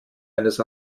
eines